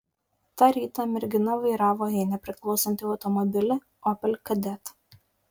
tą rytą mergina vairavo jai nepriklausantį automobilį opel kadett